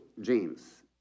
James